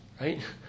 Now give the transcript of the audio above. right